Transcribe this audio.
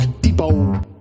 Depot